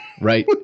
Right